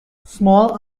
small